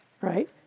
right